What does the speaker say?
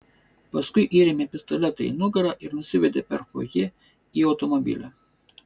paskui įrėmė pistoletą į nugarą ir nusivedė per fojė į automobilį